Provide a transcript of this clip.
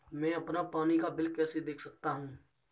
मैं अपना पानी का बिल कैसे देख सकता हूँ?